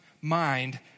mind